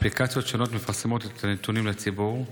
אפליקציות שונות מפרסמות את הנתונים לציבור.